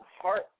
Heart